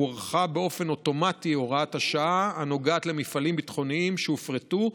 הוארכה באופן אוטומטי הוראת השעה הנוגעת למפעלים ביטחוניים שהופרטו,